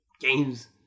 games